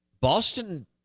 Boston